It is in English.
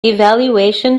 evaluation